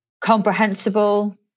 comprehensible